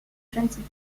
gentilly